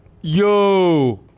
Yo